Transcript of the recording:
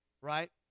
right